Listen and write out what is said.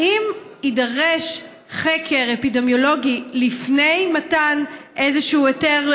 האם יידרש חקר אפידמיולוגי לפני מתן איזשהו היתר,